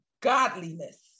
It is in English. godliness